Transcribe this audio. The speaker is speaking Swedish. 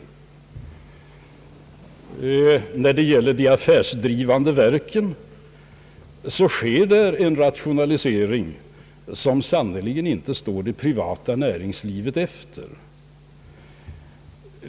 Inom de affärsdrivande verken sker en rationalisering, som sannerligen inte står det privata näringslivets efter.